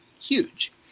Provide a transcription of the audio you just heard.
huge